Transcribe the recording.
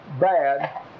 bad